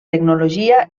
tecnologia